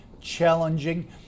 challenging